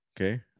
Okay